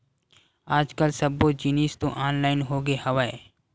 आज कल सब्बो जिनिस तो ऑनलाइन होगे हवय